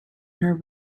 her